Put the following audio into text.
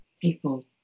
people